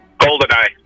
Goldeneye